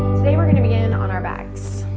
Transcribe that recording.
today we're going to begin on our backs.